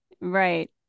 Right